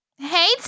Hey